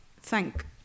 thank